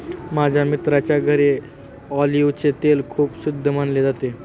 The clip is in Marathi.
माझ्या मित्राच्या घरी ऑलिव्हचे तेल खूप शुद्ध मानले जाते